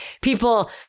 people